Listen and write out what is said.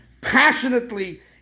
passionately